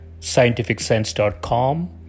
scientificsense.com